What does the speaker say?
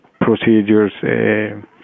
procedures